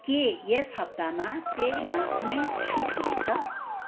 के यस हप्तामा पेयमा कुनै छुट हुने छ